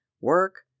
work